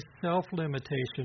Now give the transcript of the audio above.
self-limitation